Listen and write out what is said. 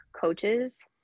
coaches